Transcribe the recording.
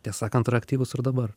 tiesą sakant yra aktyvūs ir dabar